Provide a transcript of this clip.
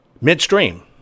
midstream